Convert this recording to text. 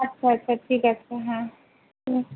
আচ্ছা আচ্ছা ঠিক আছে হ্যাঁ হুম